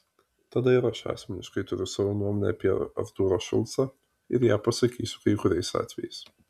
tada ir aš asmeniškai turiu savo nuomonę apie artūrą šulcą ir ją pasakysiu kai kuriais atvejais